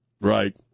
Right